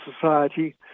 society